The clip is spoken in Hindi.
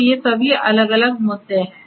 तो ये सभी अलग अलग मुद्दे हैं